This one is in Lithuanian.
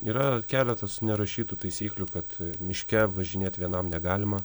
yra keletas nerašytų taisyklių kad miške važinėt vienam negalima